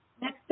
Next